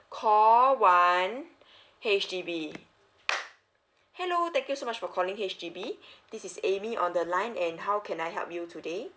call one H_D_B hello thank you so much for calling H_D_B this is a b b y on the line and how can I help you today